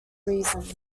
reasons